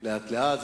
לאט לאט,